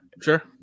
Sure